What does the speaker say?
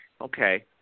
Okay